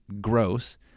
gross